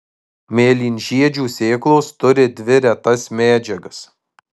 mėlynžiedžių sėklos turi dvi retas medžiagas